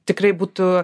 tikrai būtų